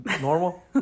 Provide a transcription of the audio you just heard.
normal